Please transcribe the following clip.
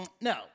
No